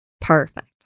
Perfect